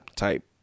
Type